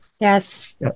Yes